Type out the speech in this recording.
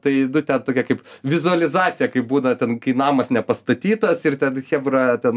tai nu ten tokia kaip vizualizacija kai būna ten kai namas nepastatytas ir ten chebra ten